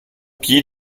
pied